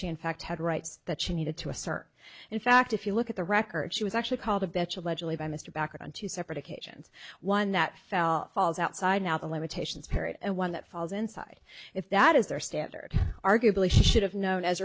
she in fact had rights that she needed to assert in fact if you look at the record she was actually called a betcha allegedly by mr packard on two separate occasions one that fell falls outside now the limitations parrot and one that falls inside if that is their standard arguably should have known as